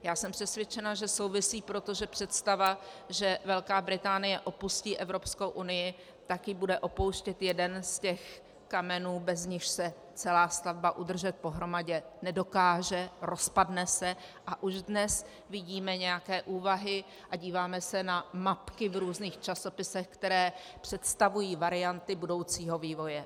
Já jsem přesvědčena, že souvisí, protože představa, že Velká Británie opustí Evropskou unii, tak ji bude opouštět jeden z kamenů, bez nichž se celá stavba udržet pohromadě nedokáže, rozpadne se, a už dnes vidíme nějaké úvahy a díváme se na mapky v různých časopisech, které představují varianty budoucího vývoje.